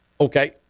Okay